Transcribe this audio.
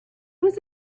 was